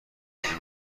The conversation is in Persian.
دروازه